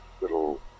little